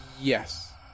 Yes